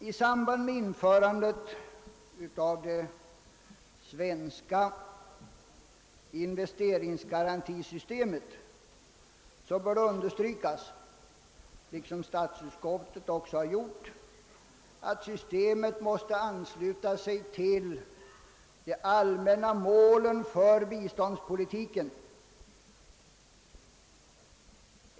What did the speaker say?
I samband med införandet av det svenska investeringsgarantisystemet bör understrykas — vilket statsutskottet också har gjort — att systemet måste ansluta sig till de allmänna målen för biståndspolitiken.